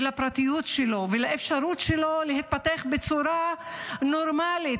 לפרטיות שלו ולאפשרות שלו להתפתח בצורה נורמלית,